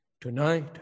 tonight